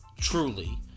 truly